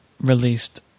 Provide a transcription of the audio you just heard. released